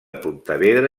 pontevedra